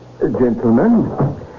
Gentlemen